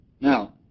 Now